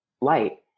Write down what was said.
light